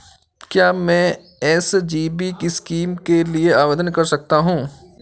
क्या मैं SGB scheme के लिए आवेदन कर सकता हूँ?